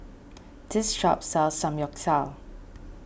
this shop sells Samgyeopsal